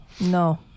No